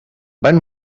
van